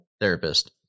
therapist